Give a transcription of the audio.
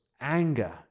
anger